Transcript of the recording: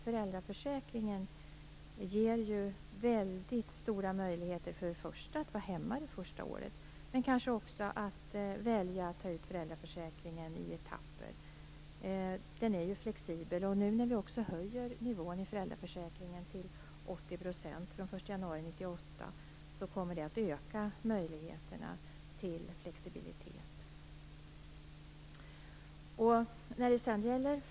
Föräldraförsäkringen ger ju väldigt stora möjligheter för föräldrar att vara hemma under barnets första år men också att välja att ta ut föräldraförsäkringen i etapper. Den är ju flexibel. Från den 1 januari 1998 höjer vi också föräldraförsäkringen till 80 %. Det kommer att öka möjligheterna till flexibilitet.